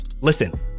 Listen